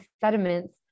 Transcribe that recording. sediments